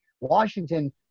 Washington